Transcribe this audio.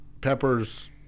peppers